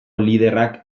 liderrak